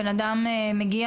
בן אדם מגיע,